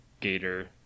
Gator